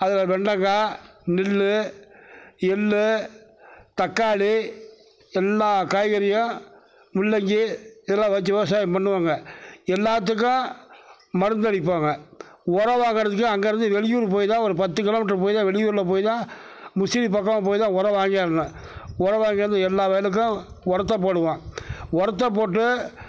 அதில் வெண்டைக்கா நெல் எள் தக்காளி எல்லா காய்கறிகள் முள்ளங்கி இதலாம் வச்சு விவசாயம் பண்ணுவோங்க எல்லாத்துக்கும் மருந்தடிப்போங்க உரம் வாங்குறதுக்கு அங்கேருந்து வெளியூர் போய்தான் ஒரு பத்து கிலோமீட்ரு போய்தான் வெளியூரில் போய்தான் முசிறி பக்கம் போய்தான் ஒரம் வாங்கிவரணும் ஒரம் வாங்கி வந்து எல்லாம் வயலுக்கும் உரத்த போடுவோம் உரத்த போட்டு